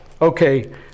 okay